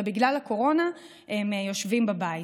ובגלל הקורונה הם יושבים בבית.